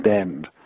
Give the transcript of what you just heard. End